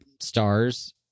stars